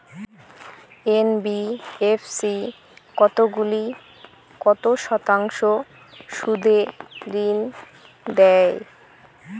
NBFC কতগুলি কত শতাংশ সুদে ঋন দেয়?